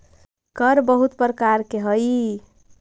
कर बहुत प्रकार के हई